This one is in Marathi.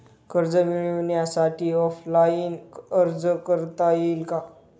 कर्ज मिळण्यासाठी ऑफलाईन अर्ज करता येईल का?